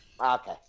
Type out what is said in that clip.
okay